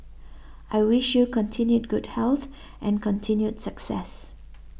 I wish you continued good health and continued success